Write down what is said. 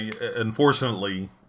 Unfortunately